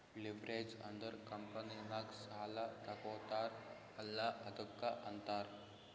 leverage ಅಂದುರ್ ಕಂಪನಿನಾಗ್ ಸಾಲಾ ತಗೋತಾರ್ ಅಲ್ಲಾ ಅದ್ದುಕ ಅಂತಾರ್